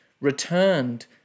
returned